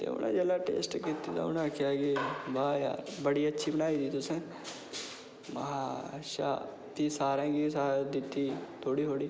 ते उनें जेल्लै टेस्ट कीती उनें आक्खेआ वाह् वाह् बड़ी अच्छी बनाई दी तुसें में हा अच्छा भी सारेंगी दित्ती थोह्ड़ी थोह्ड़ी